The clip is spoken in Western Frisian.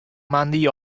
moandei